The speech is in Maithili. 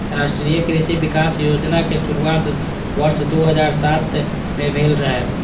राष्ट्रीय कृषि विकास योजनाक शुरुआत वर्ष दू हजार सात मे भेल रहै